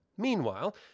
Meanwhile